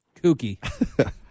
Kooky